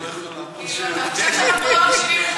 אתה חושב שאנחנו לא מקשיבים,